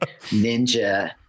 ninja